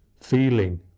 feeling